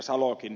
salokin